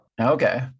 Okay